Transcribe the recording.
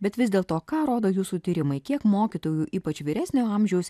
bet vis dėl to ką rodo jūsų tyrimai kiek mokytojų ypač vyresnio amžiaus